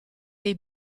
dei